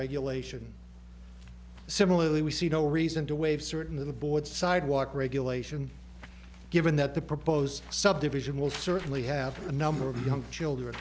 regulation similarly we see no reason to waive certain of the board sidewalk regulation given that the proposed subdivision will certainly have a number of young children